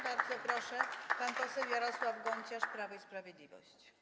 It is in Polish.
Bardzo proszę, pan poseł Jarosław Gonciarz, Prawo i Sprawiedliwość.